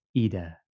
Ida